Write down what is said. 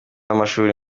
n’amashuri